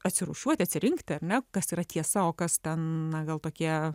atsirūšiuoti atsirinkti ar ne kas yra tiesa o kas ten na gal tokie